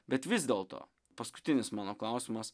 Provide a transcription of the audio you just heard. bet vis dėlto paskutinis mano klausimas